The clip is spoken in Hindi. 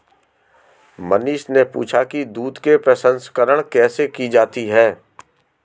मनीष ने पूछा कि दूध के प्रसंस्करण कैसे की जाती है?